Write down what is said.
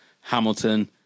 Hamilton